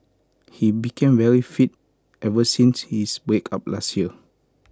he became very fit ever since his breakup last year